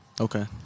Okay